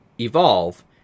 evolve